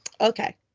Okay